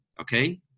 okay